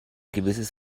gewisses